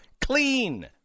clean